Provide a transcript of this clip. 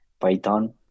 python